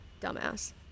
Dumbass